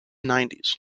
nineties